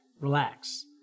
relax